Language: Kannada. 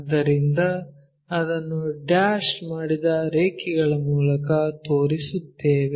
ಆದ್ದರಿಂದ ಅದನ್ನು ಡ್ಯಾಶ್ ಮಾಡಿದ ರೇಖೆಗಳ ಮೂಲಕ ತೋರಿಸುತ್ತೇವೆ